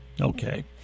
Okay